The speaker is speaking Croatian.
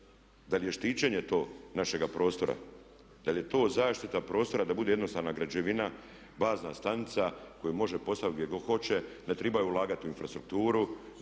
Da li je štićenje to našega prostora? Da li je to zaštita prostora da bude jednostavna građevina bazna stanica koju može postaviti gdje god hoće, ne treba ulagati u infrastrukturu,